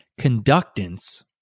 conductance